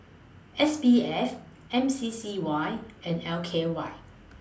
S B F M C C Y and L K Y